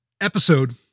episode